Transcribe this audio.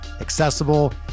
accessible